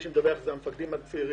מי שמדווח אלו המפקדים הצעירים,